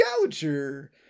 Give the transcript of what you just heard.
gouger